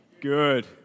Good